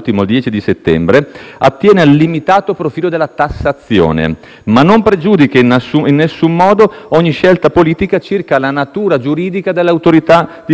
ultimo il 10 settembre, attiene al limitato profilo della tassazione, ma non pregiudica in nessun modo ogni scelta politica circa la natura giuridica delle Autorità